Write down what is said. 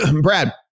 Brad